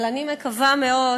אבל אני מקווה מאוד